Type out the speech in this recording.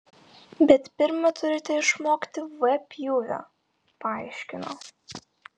bet pirma turite išmokti v pjūvio paaiškino